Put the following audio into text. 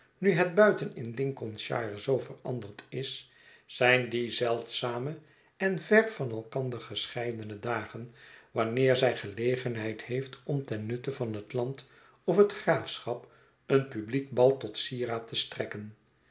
nu het buiten in lincoln shire zoo veranderd is zijn die zeldzame en ver van elkander gescheidene dagen wanneer zij gelegenheid heeft om ten nutte van het land of het graafschap een publiek bal tot sieraad te strekken